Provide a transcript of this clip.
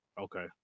Okay